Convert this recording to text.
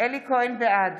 בעד